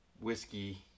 whiskey